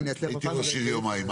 הייתי ראש עיר יומיים.